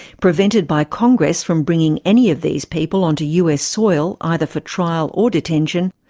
prevented by congress from bringing any of these people onto us soil either for trial or detention,